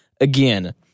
again